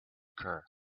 occur